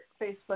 Facebook